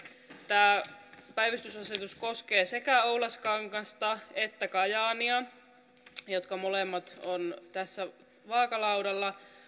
tämä päivystysasetus koskee sekä oulaskangasta että kajaania jotka molemmat ovat tässä vaakalaudalla